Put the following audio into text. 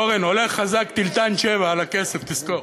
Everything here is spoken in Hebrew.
אורן, הולך חזק תלתן 7 על הכסף, תזכור.